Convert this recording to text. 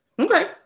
Okay